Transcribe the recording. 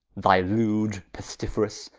thy lewd, pestiferous,